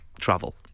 travel